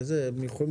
הם יכולים